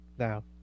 Now